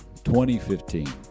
2015